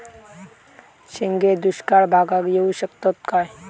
शेंगे दुष्काळ भागाक येऊ शकतत काय?